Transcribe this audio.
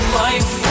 life